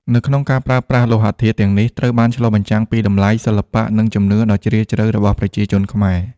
នៅក្នុងការប្រើប្រាស់លោហៈធាតុទាំងនេះ ត្រូវបានឆ្លុះបញ្ចាំងពីតម្លៃ សិល្បៈ និងជំនឿដ៏ជ្រាលជ្រៅរបស់ប្រជាជនខ្មែរ។